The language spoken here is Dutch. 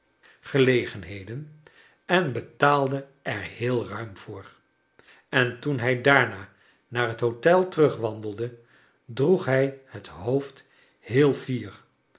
heden en betaalde er heel ruim voor en toen hij daarna naar het hotel terugwandelde droeg hrj het hoofd heel fier